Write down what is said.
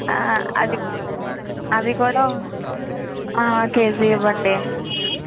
అది అవి కూడా కేజి ఇవ్వండి